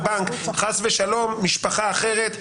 למשל: משפחה אחת,